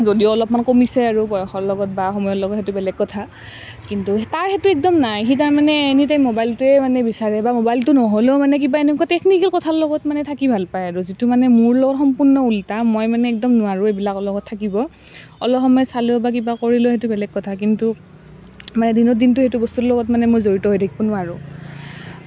যদিও অলপমান কমিছে আৰু সময়ৰ লগত বা বয়সৰ লগত বা সময়ৰ লগত সেইটো বেলেগ কথা কিন্তু তাৰ সেইটো একদম নাই সি তাৰমানে এনীটাইম মোবাইলটোৱে মানে বিচাৰে বা মোবাইলটো নহ'লেও মানে কিবা এনেকুৱা টেকনিকেল কথাৰ লগত মানে থাকি ভাল পায় আৰু যিটো মানে মোৰ লগত সম্পূৰ্ণ ওলোটা মই মানে একদম নোৱাৰোঁ এইবিলাকৰ লগত থাকিব অলপ সময় চালোঁ বা কিবা কৰিলোঁ সেইটো বেলেগ কথা কিন্তু মই দিনৰ দিনটো মানে সেইটো বস্তুৰ লগত মানে মই জড়িত হৈ থাকিব নোৱাৰোঁ